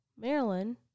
Maryland